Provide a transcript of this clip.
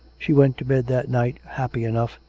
she went to bed that night, happy enough,